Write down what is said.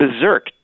berserk